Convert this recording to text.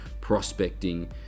prospecting